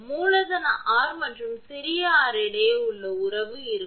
மூலதன ஆர் மற்றும் சிறிய ஆர் இடையே ஒரு உறவு இருக்கும்